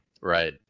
Right